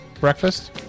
breakfast